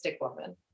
woman